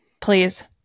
Please